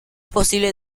posible